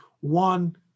one